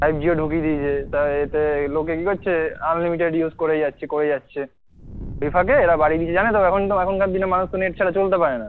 five Jio ঢুকিয়ে দিয়েছে তা এতে এই লোকে কী করছে আনলিমিটেড ইউস করেই যাচ্ছে করেই যাচ্ছে থাকে এই ফাঁকে এরা বাড়ি কিছু জানে তো এখন তো এখনকার দিনে মানুষ তো নেট ছাড়া চলতে পারে না